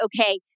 okay